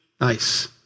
nice